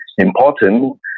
important